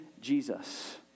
Jesus